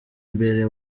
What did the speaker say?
mbere